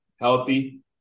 healthy